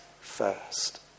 first